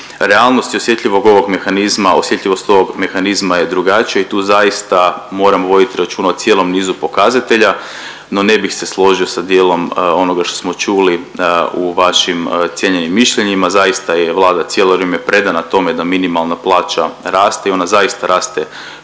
mehanizma, osjetljivost ovog mehanizma je drugačija i tu zaista moramo vodit računa o cijelom nizu pokazatelja, no ne bih se složio sa dijelom onoga što smo čuli u vašim cijenjenim mišljenjima. Zaista je Vlada cijelo vrijeme predana tome da minimalna plaća raste i ona zaista raste